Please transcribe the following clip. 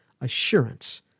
assurance